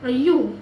!aiyo!